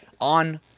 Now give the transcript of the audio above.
on